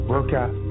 Workout